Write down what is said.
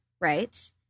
Right